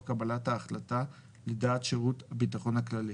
קבלת ההחלטה לדעת שירות הביטחון הכללי.